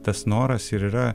tas noras ir yra